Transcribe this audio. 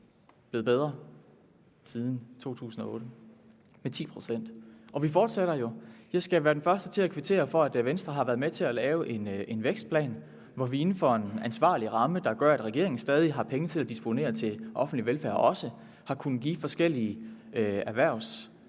faktisk blevet bedre siden 2008 – den er steget med 10 pct. Og vi fortsætter jo. Jeg skal være den første til at kvittere for, at Venstre har været med til at lave en vækstplan, hvor vi inden for en ansvarlig ramme, der gør, at regeringen stadig har penge at disponere over til offentlig velfærd, også har kunnet give forskellige erhvervslettelser